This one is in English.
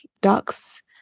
ducks